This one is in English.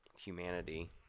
humanity